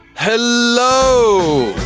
hello